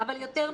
אבל יותר מזה,